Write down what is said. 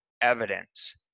evidence